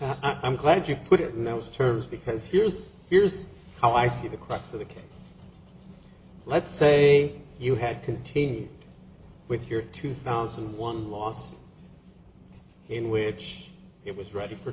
hell i'm glad you put it in those terms because here's here's how i see the crux of the case let's say you had continued with your two thousand and one laws in which it was ready for